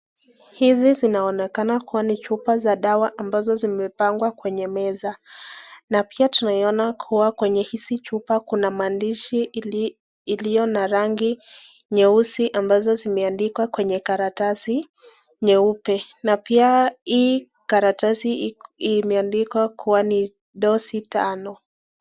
Hizi zinaonekana kuwa ni chupa za dawa ambazo zimepangwa kwenye meza. Na pia tunaiona kuwa kwenye hizi chupa kuna maandishi iliyo na rangi nyeusi ambazo zimeandikwa kwenye karatasi nyeupe. Na pia hii karatasi imeandikwa kuwa ni dozi tano.